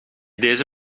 deze